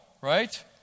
right